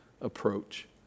approach